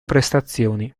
prestazioni